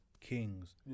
Kings